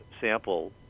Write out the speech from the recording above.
sample